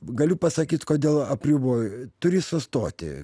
galiu pasakyt kodėl apribojo turi sustoti